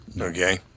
Okay